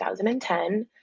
2010